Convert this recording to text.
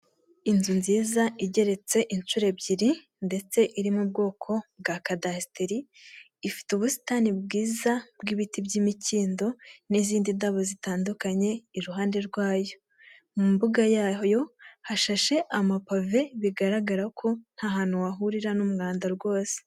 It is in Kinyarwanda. Inzu nziza igeretse inshuro ebyiri ndetse iri mu bwoko bwa kadasiteri ifite ubusitani bwiza bw'ibiti by'imikindo, n'izindi ndabo zitandukanye, iruhande rwayo mu mbuga yayo hashashe amapave bigaragara ko nta hantu wahurira n'umwanda rwose.